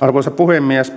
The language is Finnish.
arvoisa puhemies